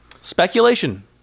Speculation